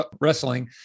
wrestling